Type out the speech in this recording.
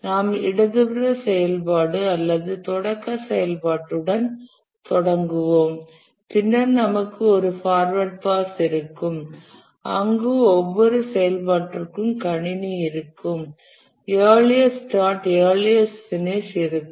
நாம் இடதுபுற செயல்பாடு அல்லது தொடக்க செயல்பாட்டுடன் தொடங்குவோம் பின்னர் நமக்கு ஒரு ஃபார்வர்ட் பாஸ் இருக்கும் அங்கு ஒவ்வொரு செயல்பாட்டிற்கும் கணினி இருக்கும் இயர்லியஸ்ட் ஸ்டார்ட் இயர்லியஸ்ட் பினிஷ்ம் இருக்கும்